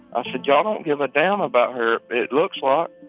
i said, y'all don't give a damn about her, it looks like.